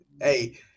Hey